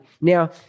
Now